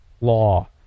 law